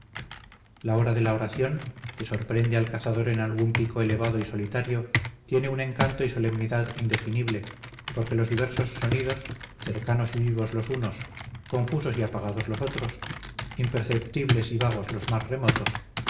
la hora de la oración que sorprende al cazador en algún pico elevado y solitario tiene un encanto y solemnidad indefinible porque los diversos sonidos cercanos y vivos los unos confusos y apagados los otros imperceptibles y vagos los más remotos